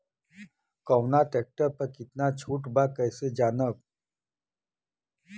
कवना ट्रेक्टर पर कितना छूट बा कैसे जानब?